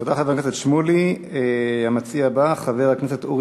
תודה, חבר הכנסת שמולי.